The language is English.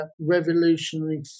revolutionary